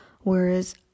whereas